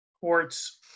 courts